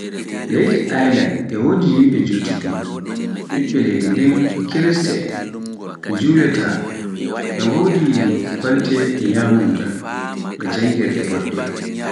Leydi Ailand e wodi yimɓe jutuɓe, ɓiɓɓe leydi ndin ɓe kirsta en, ɓe julaata, bo ɓe wodi kolte e nyamunda e janngirde boɗɗe.